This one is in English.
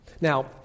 Now